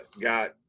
got